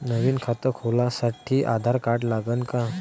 नवीन खात खोलासाठी आधार कार्ड लागन का?